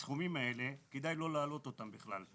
הסכומים האלה, כדאי לא להעלות אותם בכלל.